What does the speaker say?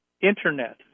Internet